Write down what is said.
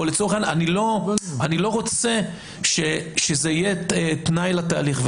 או אני לא רוצה שזה יהיה תנאי לתהליך.